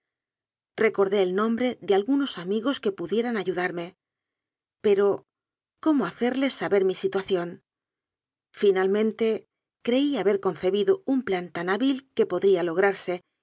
recordé el nombre de algunos amigos que pudieran ayudar me pero cómo hacerles saber mi situación fi nalmente creí haber concebido un plan tan hábil que podría lograrse